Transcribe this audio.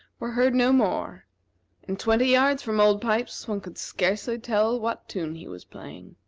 were heard no more and twenty yards from old pipes one could scarcely tell what tune he was playing.